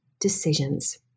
decisions